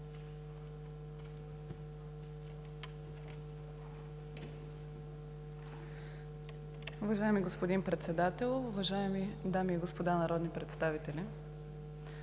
Уважаеми господин Председател, уважаеми колеги народни представители!